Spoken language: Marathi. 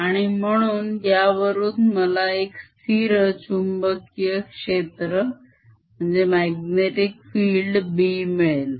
आणि म्हणून यावरून मला एक स्थिर चुंबकीय क्षेत्र B मिळेल